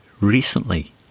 Recently